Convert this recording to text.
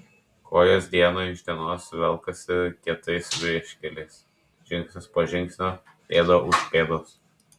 kojos diena iš dienos velkasi kietais vieškeliais žingsnis po žingsnio pėda už pėdos